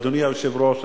אדוני היושב-ראש,